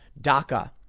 DACA